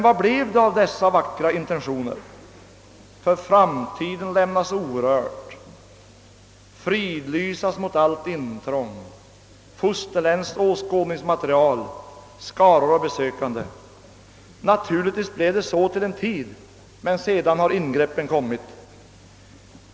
Vad blev det då av dessa vackra intentioner: »för framtiden «lämnas orördt», »fridlysas mot allt intrång», »fosterländskt åskådningsmaterial» och »skaror af besökande»? Naturligtvis följdes intentionerna till en tid, men sedan har ingreppen kommit.